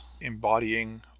embodying